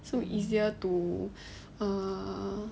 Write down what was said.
so easier to err